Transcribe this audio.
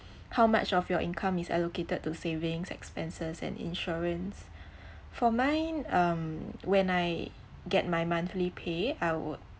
how much of your income is allocated to savings expenses and insurance for mine um when I get my monthly pay I would